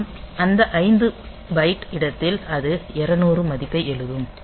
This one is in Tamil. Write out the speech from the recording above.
மேலும் அந்த 5 பைட் இடத்தில் அது 200 மதிப்பை எழுதும்